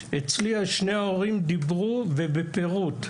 אצלי שני ההורים דיברו ובפירוט.